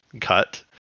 cut